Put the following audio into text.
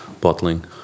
bottling